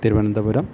Thiruvananthapuram